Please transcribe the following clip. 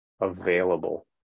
available